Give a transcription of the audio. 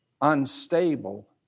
unstable